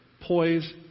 poise